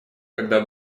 когда